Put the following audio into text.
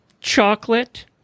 chocolate